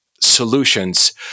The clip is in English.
solutions